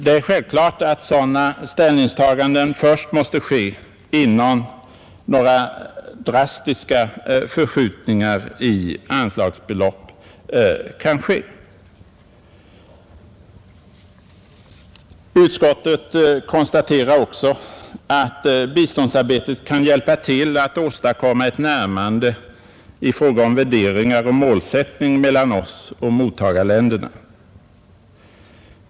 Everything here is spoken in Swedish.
Det är självklart att sådana ställningstaganden först måste ske innan några drastiska förskjutningar i anslagsbelopp kan vidtas. Utskottet konstaterar också att biståndsarbetet kan hjälpa till att åstadkomma ett närmande i fråga om värderingar och målsättningar mellan oss och mottagarländerna.